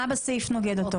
מה בסעיף נוגד את התפיסה?